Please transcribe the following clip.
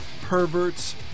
perverts